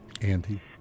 Andy